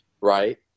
right